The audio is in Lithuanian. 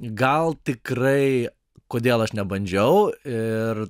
gal tikrai kodėl aš nebandžiau ir